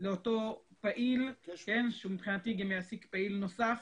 לאותו פעיל שהוא מבחינתי גם יעסיק פעיל נוסף,